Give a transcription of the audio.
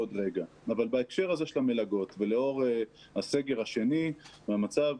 אבל בהקשר הזה של המלגות ולאור הסגר השני והמצב,